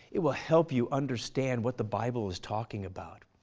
it will help you understand what the bible is talking about.